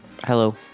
Hello